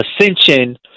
ascension